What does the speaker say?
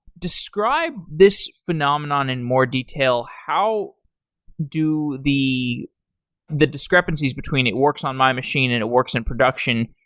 describe this phenomenon in more detail. how do the the discrepancies between it works on my machine and it works in production,